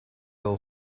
all